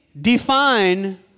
Define